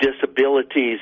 disabilities